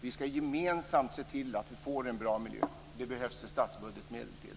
Vi ska gemensamt se till att få en bra miljö, och för detta behövs det statsbudgetmedel.